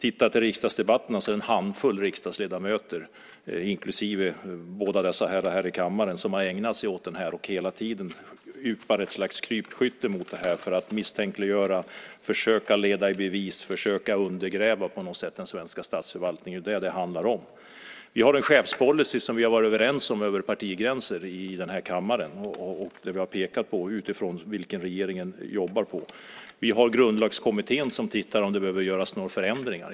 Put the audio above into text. I riksdagsdebatterna är det en handfull riksdagsledamöter, inklusive båda dessa herrar här i kammaren, som har ägnat sig åt detta och hela tiden idkar ett slags krypskytte mot detta för att misstänkliggöra, försöka leda i bevis och på något sätt försöka undergräva den svenska statsförvaltningen. Det är detta det handlar om. Vi har en chefspolicy som vi har varit överens om över partigränserna i den här kammaren, och regeringen jobbar utifrån den. Vi har Grundlagskommittén som tittar på om det behöver göras några förändringar.